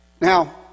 Now